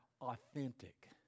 authentic